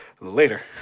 Later